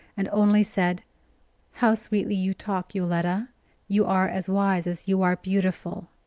and only said how sweetly you talk, yoletta you are as wise as you are beautiful.